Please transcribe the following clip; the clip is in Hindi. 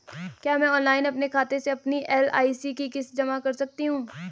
क्या मैं ऑनलाइन अपने खाते से अपनी एल.आई.सी की किश्त जमा कर सकती हूँ?